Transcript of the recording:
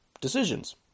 decisions